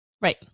right